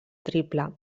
triple